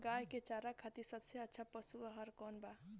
गाय के चारा खातिर सबसे अच्छा पशु आहार कौन बा?